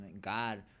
God